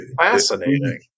Fascinating